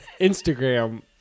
Instagram